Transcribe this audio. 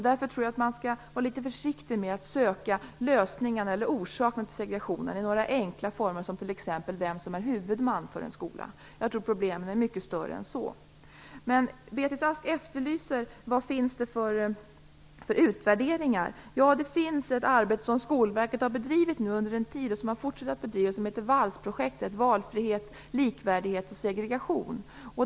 Därför tror jag att man skall vara litet försiktig med att söka lösningarna eller orsakerna till segregationen i några enkla former som t.ex. vem som är huvudman för en skola. Jag tror att problemen är mycket större än så. Beatrice Ask efterlyser vad det finns för utvärderingar. Det finns ett arbete som Skolverket har bedrivit under en tid, och som man fortsätter att bedriva, som heter VALS-projektet. Det står för valfrihet, likvärdighet och segregation.